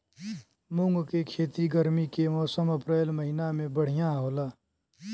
मुंग के खेती गर्मी के मौसम अप्रैल महीना में बढ़ियां होला?